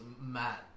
Matt